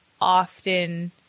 often